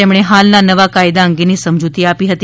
તેમણે હાલના નવા કાયદા અંગેની સમજૂતી આપી હતી